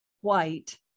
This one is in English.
white